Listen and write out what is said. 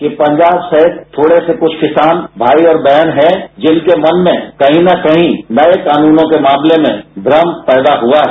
ये पंजाब शायद थोड़े से कुछ किसान भाई और बहन हैं जिनके मन में कहीं न कही नए कानूनों के मामले में भ्रम पैदा हुआ है